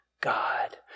God